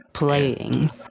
playing